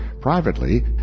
privately